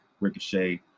Ricochet